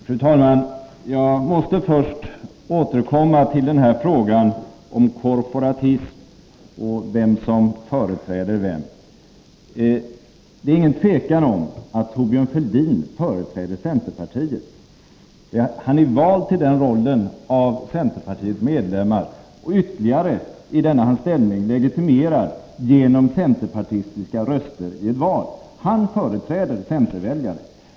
Fru talman! Jag måste först återkomma till frågan om korporativism och vem som företräder vem. Det är inget tvivel om att Thorbjörn Fälldin företräder centerpartiet. Han är vald till den rollen av centerpartiets medlemmar, och denna hans ställning är ytterligare legitimerad genom centerpartistiska röster i ett val. Han företräder centerväljare.